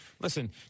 listen